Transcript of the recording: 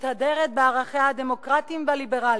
מתהדרת בערכיה הדמוקרטיים והליברליים.